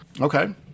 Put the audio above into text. Okay